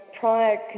Prior